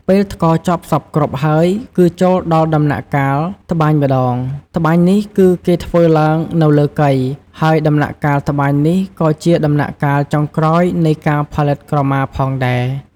ពេលថ្ករចប់សព្វគ្រប់ហើយគឺចូលដល់ដំណាក់កាលត្បាញម្តង ត្បាញនេះគឺគេធ្វើឡើងនៅលើកី ហើយដំណាក់កាលត្បាញនេះក៏ជាដំណាក់កាលចុងក្រោយនៃការផលិតក្រមាផងដែរ។